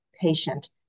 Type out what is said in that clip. patient